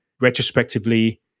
retrospectively